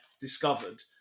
discovered